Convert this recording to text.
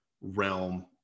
realm